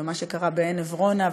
ומה שקרה בעין עברונה,